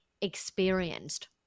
experienced